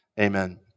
Amen